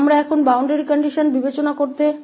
अब हम सीमा की स्थितियों पर विचार कर सकते हैं